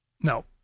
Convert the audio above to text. No